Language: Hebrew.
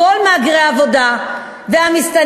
כל מהגרי העבודה והמסתננים,